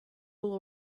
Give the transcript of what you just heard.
will